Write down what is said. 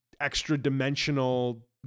extra-dimensional